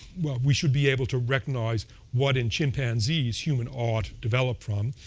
well, we should be able to recognize what in chimpanzees human art developed from.